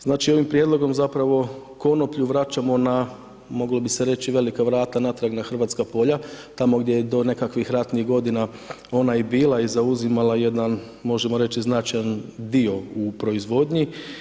Znači ovim prijedlogom zapravo konoplju vraćamo na, moglo bi se reći velika vrata natrag na hrvatska polja, tamo gdje je do nekakvih ratnih godina ona i bila i zauzimala jedan možemo reći značajan dio u proizvodnji.